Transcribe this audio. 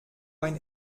ein